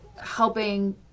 helping